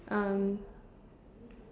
um